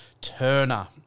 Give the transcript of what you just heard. Turner